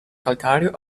calcareo